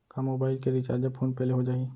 का मोबाइल के recharge PhonePe ले हो जाही?